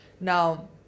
Now